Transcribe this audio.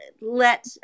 let